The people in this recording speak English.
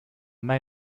may